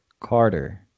Carter